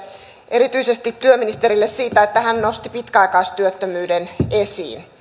erityisesti työministerille siitä että hän nosti pitkäaikaistyöttömyyden esiin